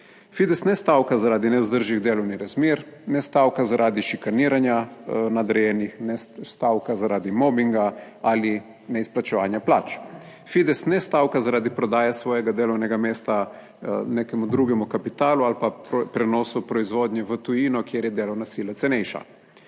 Fides ne stavka zaradi nevzdržnih delovnih razmer, ne stavka zaradi šikaniranja nadrejenih, ne stavka zaradi mobinga ali neizplačevanja plač. Fides ne stavka zaradi prodaje svojega delovnega mesta nekemu drugemu kapitalu ali pa pri prenosu proizvodnje v tujino, kjer je delovna sila cenejša.